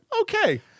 Okay